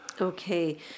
Okay